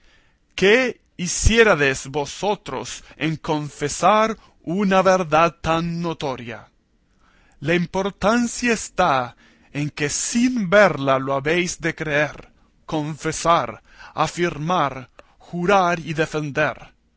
qué hiciérades vosotros en confesar una verdad tan notoria la importancia está en que sin verla lo habéis de creer confesar afirmar jurar y defender